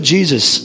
Jesus